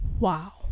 wow